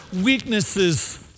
weaknesses